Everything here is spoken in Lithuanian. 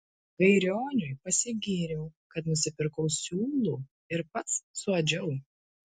gairioniui pasigyriau kad nusipirkau siūlų ir pats suadžiau